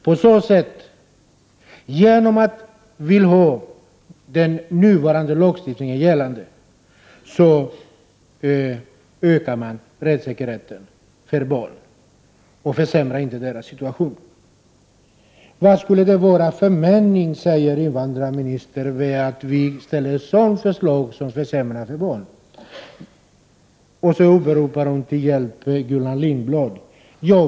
Genom ett bibehållande av den nuvarande lagstiftningen ökas rättssäkerheten för barn och försämras inte deras situation. Invandrarministern undrar vad det skulle vara för mening med att framlägga ett förslag som försämrar för barnen. Som hjälp åberopar invandrarministern Gullan Lindblad.